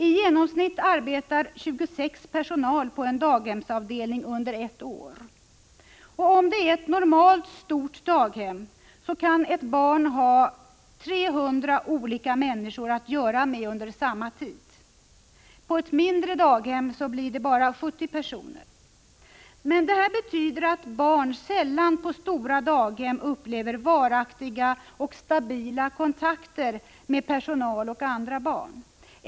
I genomsnitt arbetar 26 personer på en daghemsavdelning under ett år. Om det är ett normalstort daghem kan ett barn ha att göra med 300 människor under samma tid. På ett mindre daghem blir det bara 70 personer. Det betyder att barn på stora daghem sällan upplever varaktiga och stabila kontakter med personal och andra barn.